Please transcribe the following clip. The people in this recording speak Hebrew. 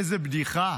איזו בדיחה.